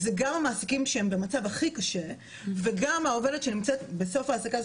שזה גם מעסיקים שהם במצב הכי קשה וגם העובדת שנמצאת בסוף העסקה,